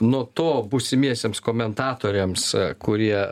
nuo to būsimiesiems komentatoriams kurie